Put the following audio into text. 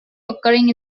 occurring